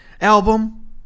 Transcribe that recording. album